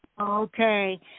Okay